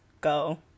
go